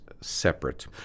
separate